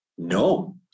No